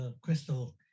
Crystal